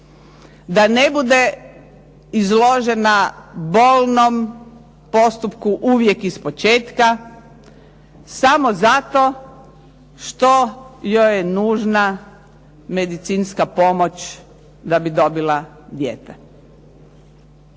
da ne bude izložena bolnom postupku uvijek ispočetka samo zato što joj je nužna medicinska pomoć da bi dobila dijete.